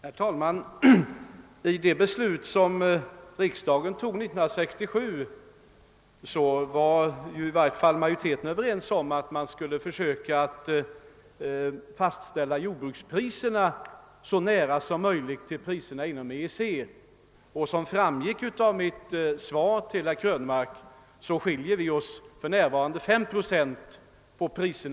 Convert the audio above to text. Herr talman! Beträffande beslut som riksdagen fattade 1967 var i alla fall majoriteten överens om att man skulle försöka att fastställa jordbrukspriserna i så nära överensstämmelse med EEC:s som möjligt. Som framgick av mitt svar till herr Krönmark' skiljer det för närvarande 5 procent mellan våra och EEC:s priser.